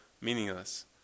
meaningless